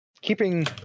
keeping